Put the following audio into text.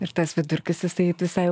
ir tas vidurkis jisai tai visai jau